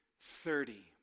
thirty